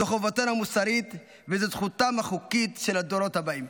זו חובתנו המוסרית וזו זכותם החוקית של הדורות הבאים.